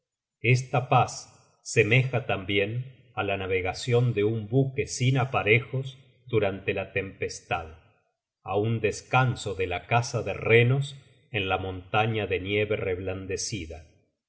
esta paz semeja tambien á la navegacion de un buque sin aparejos durante la tempestad á un descanso de la caza de renos en la montaña de nieve reblandecida